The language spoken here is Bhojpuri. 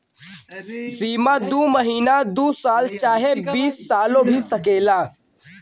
सीमा दू महीना दू साल चाहे बीस सालो भी सकेला